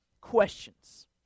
questions